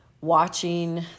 watching